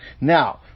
Now